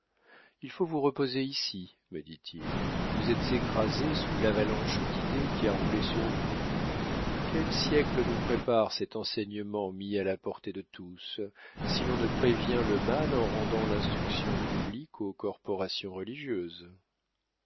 il faut vous reposer ici me dit-il vous êtes écrasé sous l'avalanche d'idées qui a roulé sur vous quel siècle nous prépare cet enseignement mis à la portée de tous si l'on ne prévient le mal en rendant l'instruction publique aux corporations religieuses